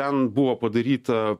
ten buvo padaryta